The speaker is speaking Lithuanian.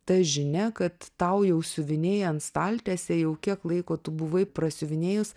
ta žinia kad tau jau siuvinėjant staltiesę jau kiek laiko tu buvai prasiuvinėjus